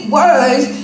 words